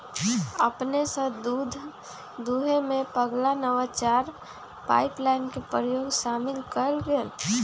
अपने स दूध दूहेमें पगला नवाचार पाइपलाइन के प्रयोग शामिल कएल गेल